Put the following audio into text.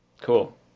Cool